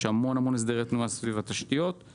יש המון הסדרי תנועה סביב התשתיות,